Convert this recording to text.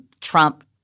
Trump